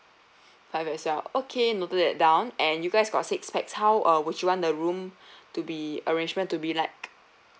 five as well okay noted that down and you guys got six pax how uh would you want the room to be arrangement to be like